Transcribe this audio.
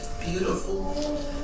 beautiful